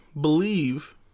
believe